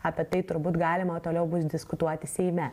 apie tai turbūt galima toliau bus diskutuoti seime